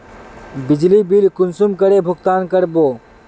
बिजली बिल कुंसम करे भुगतान कर बो?